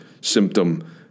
symptom